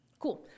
Cool